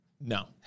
No